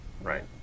Right